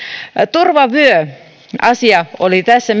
turvavyöasia oli tässä